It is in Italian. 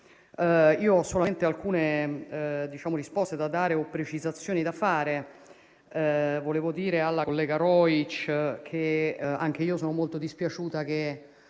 Ho solamente alcune risposte da dare o precisazioni da fare. Vorrei dire alla collega Rojc che anche io sono molto dispiaciuta di